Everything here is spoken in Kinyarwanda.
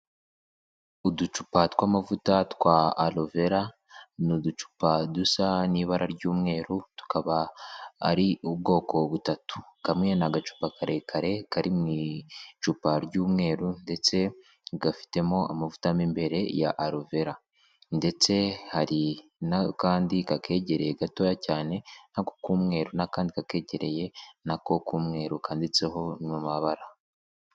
Uducupa tw'amavuta twa Aloe vera ni uducupa dusa n'ibara ry'umweru tukaba ari ubwoko butatu. Kamwe ni agacupa karekare kari mu icupa ry'umweru ndetse gafitemo amavuta mo imbere ya Aloe vera ndetse hari n'akandi kakegereye gatoya cyane, ako k'umweru n'akandi kakegereye nako k'umweru kanditseho mu mabara.